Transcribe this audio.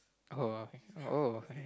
oh okay oh okay